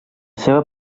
seva